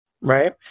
right